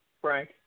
Frank